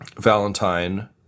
valentine